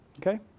okay